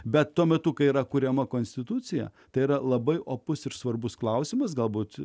bet tuo metu kai yra kuriama konstitucija tai yra labai opus ir svarbus klausimas galbūt